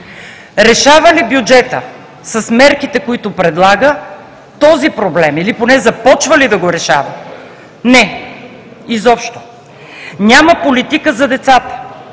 Решава ли бюджетът с мерките, които предлага, този проблем, или поне започва ли да го решава – не, изобщо. Няма политика за децата!